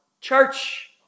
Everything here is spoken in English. church